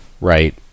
Right